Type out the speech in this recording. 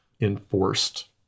enforced